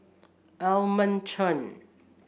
Edmund Chen